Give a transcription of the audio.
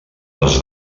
les